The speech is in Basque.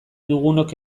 dugunok